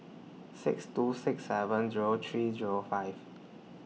six two six seven Zero three Zero five